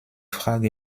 frage